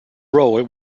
role